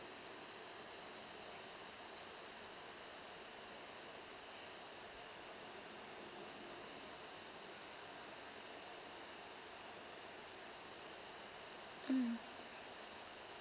mm